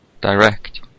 Direct